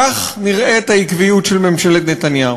כך נראית העקביות של ממשלת נתניהו.